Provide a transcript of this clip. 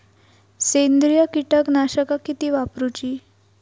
सेंद्रिय कीटकनाशका किती वापरूची?